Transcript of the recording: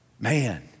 Man